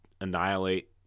annihilate